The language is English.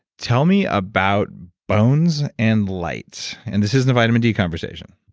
tell me about bones and lights. and this isn't a vitamin d conversation